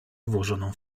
włożoną